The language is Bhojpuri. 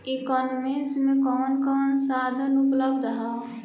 ई कॉमर्स में कवन कवन साधन उपलब्ध ह?